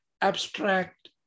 abstract